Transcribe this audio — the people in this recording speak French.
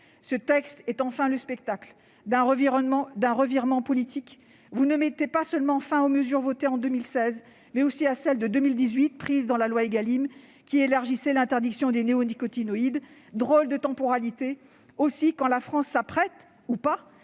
Ce texte offre, enfin, le spectacle d'un revirement politique : vous mettez fin non seulement aux mesures adoptées en 2016, mais aussi à celles de 2018, prises dans le cadre de la loi Égalim, qui élargissait l'interdiction des néonicotinoïdes. Drôle de temporalité, alors que la France s'apprête- ou